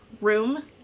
room